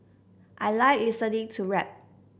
I like listening to rap